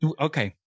Okay